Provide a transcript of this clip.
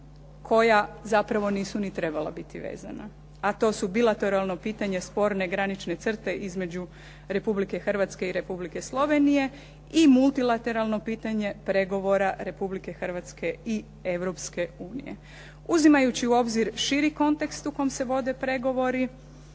koja zapravo nisu ni trebala biti vezana. A to su bilateralno pitanje sporne granične crte između Republike Hrvatske i Republike Slovenije i multilateralno pitanje pregovora Republike Hrvatske i Europske unije. Uzimajući u obzir širi kontekst u kom se vode pregovori,